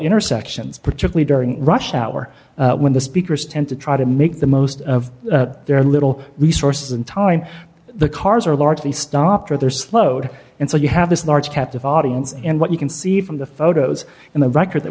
intersections particularly during rush hour when the speakers tend to try to make the most of their little resources and time the cars are largely stopped or they're slowed and so you have this large captive audience and what you can see from the photos in the record that